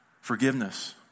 forgiveness